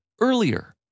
earlier